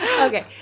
Okay